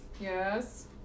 Yes